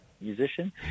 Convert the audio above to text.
musician